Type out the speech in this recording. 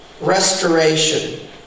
restoration